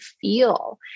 feel